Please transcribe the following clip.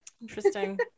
Interesting